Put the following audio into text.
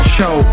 Show